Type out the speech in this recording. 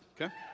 Okay